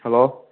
hello